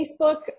Facebook